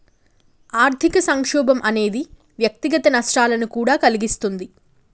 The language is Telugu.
ఆర్థిక సంక్షోభం అనేది వ్యక్తిగత నష్టాలను కూడా కలిగిస్తుంది